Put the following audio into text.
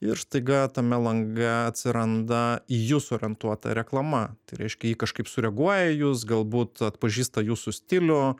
ir staiga tame lange atsiranda į jus orientuota reklama tai reiškia ji kažkaip sureaguoja į jus galbūt atpažįsta jūsų stilių